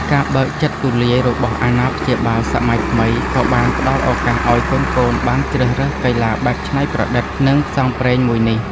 ការបើកចិត្តទូលាយរបស់អាណាព្យាបាលសម័យថ្មី ក៏បានផ្ដល់ឱកាសឱ្យកូនៗបានជ្រើសរើសកីឡាបែបច្នៃប្រឌិត និងផ្សងព្រេងមួយនេះ។